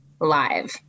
live